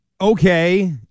Okay